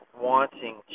wanting